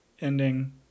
ending